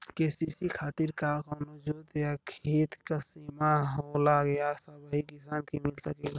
KCC खातिर का कवनो जोत या खेत क सिमा होला या सबही किसान के मिल सकेला?